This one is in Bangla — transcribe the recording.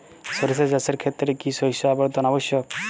সরিষা চাষের ক্ষেত্রে কি শস্য আবর্তন আবশ্যক?